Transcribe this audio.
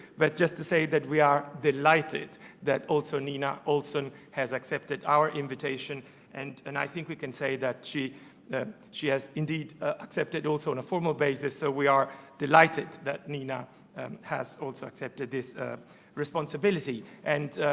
but just to say that we are delighted that also nina olson has accepted our invitation and and i think we can say that she that she has indeed ah accepted also on a formal basis so we are delighted that nina has also accepted this responsibility. and,